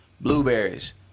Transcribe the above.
Blueberries